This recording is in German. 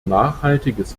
nachhaltiges